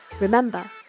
Remember